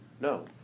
No